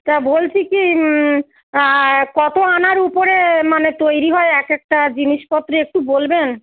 তা বলছি কি কত আনার উপরে মানে তৈরি হয় এক একটা জিনিসপত্র একটু বলবেন